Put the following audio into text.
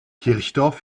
kirchdorf